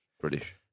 British